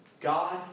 God